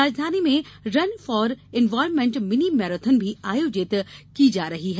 राजधानी में run for environment mini marathon भी आयोजित की जा रही है